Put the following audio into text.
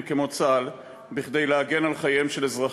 כמו צה"ל כדי להגן על חייהם של אזרחים.